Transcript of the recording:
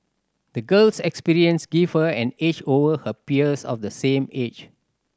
the girl's experience gave her an edge over her peers of the same age